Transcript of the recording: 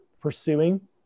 pursuing